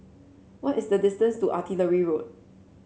what is the distance to Artillery Road